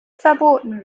verboten